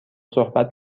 صحبت